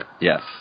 Yes